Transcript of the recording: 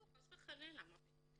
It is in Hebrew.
חס וחלילה, מה פתאום.